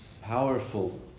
powerful